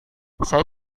saya